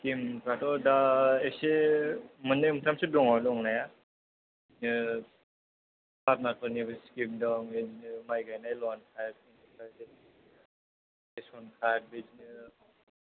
स्किमफ्राथ दा एसे मोन्नै मोनथामसो दङ दंनाया पार्मारफोरनिबो स्किम दं माइ गायनाय लन रेसन कार्ड बिदिनो